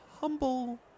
humble